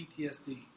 PTSD